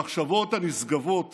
המחשבות הנשגבות